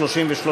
33,